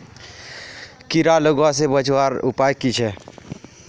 कीड़ा लगवा से बचवार उपाय की छे?